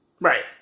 Right